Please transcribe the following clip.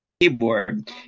Keyboard